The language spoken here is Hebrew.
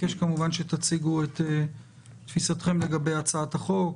שתציגו את תפיסתכם לגבי הצעת החוק.